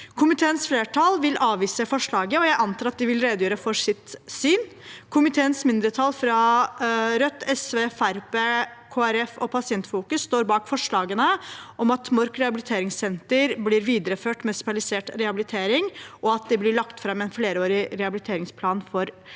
Komiteens flertall vil avvise forslaget, og jeg antar at de vil redegjøre for sitt syn. Komiteens mindretall, Rødt, SV, Fremskrittspartiet, Kristelig Folkeparti og Pasientfokus, står bak forslagene om at Mork rehabiliteringssenter blir videreført med spesialisert rehabilitering, og at det blir lagt fram en flerårig rehabiliteringsplan for